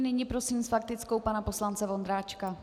Nyní prosím s faktickou pana poslance Vondráčka.